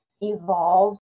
evolved